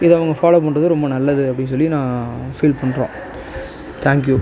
இது அவங்க ஃபாலோ பண்ணுறது ரொம்ப நல்லது அப்படி சொல்லி நான் ஃபீல் பண்றேன் தேங்க் யூ